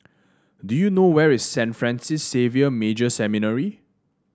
do you know where is Saint Francis Xavier Major Seminary